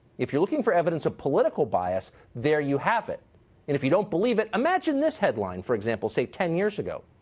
if you are looking for evidence of political bias, there you have it. and if you don't believe it, imagine this headline, for example, say ten years ago,